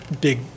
big